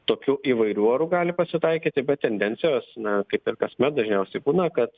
tokių įvairių orų gali pasitaikyti bet tendencijos na kaip ir kasmet dažniausiai būna kad